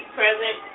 present